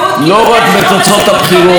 לא רק בתוצאות הבחירות,